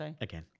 again